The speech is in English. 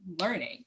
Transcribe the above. learning